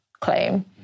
claim